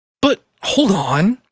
but, hold on,